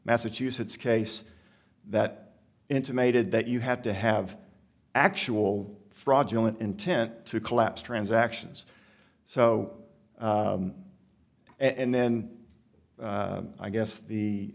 massachusetts case that intimated that you have to have actual fraudulent intent to collapse transactions so and then i guess the